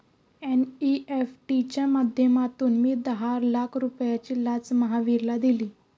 NEFT च्या माध्यमातून मी दहा लाख रुपयांची लाच महावीरला दिली